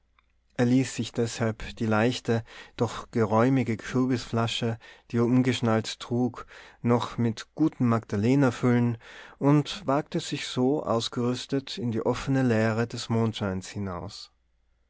er ließ sich deshalb die leichte doch geräumige kürbisflasche die er umgeschnallt trug noch mit gutem magdalener füllen und wagte sich so ausgerüstet in die offene leere des mondscheins hinaus